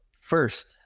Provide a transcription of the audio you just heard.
first